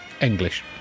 English